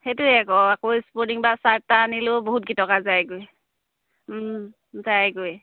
সেইটোৱে আকৌ আকৌ স্পৰ্টিং বা চাৰ্ট এটা আনিলেও বহুত কেইটকা যায়গৈ যায়গৈ